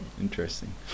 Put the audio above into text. Interesting